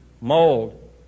mold